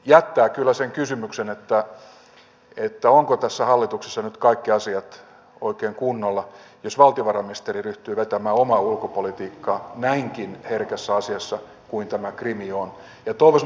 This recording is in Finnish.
jättää kyllä sen kysymyksen ovatko tässä hallituksessa nyt kaikki asiat oikein kunnolla jos valtiovarainministeri ryhtyy vetämään omaa ulkopolitiikkaa näinkin herkässä asiassa kuin tämä krim on